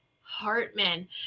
Hartman